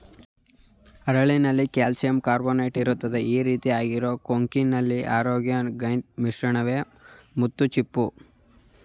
ಹರಳಲ್ಲಿ ಕಾಲ್ಶಿಯಂಕಾರ್ಬೊನೇಟ್ಇರುತ್ತೆ ಈರೀತಿ ಆಗಿರೋ ಕೊಂಕಿಯೊಲಿನ್ ಆರೊಗೊನೈಟ್ ಮಿಶ್ರವೇ ಮುತ್ತುಚಿಪ್ಪು